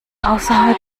außerhalb